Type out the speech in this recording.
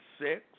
six